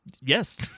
Yes